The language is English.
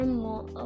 more